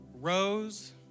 rose